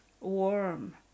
warm